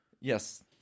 Yes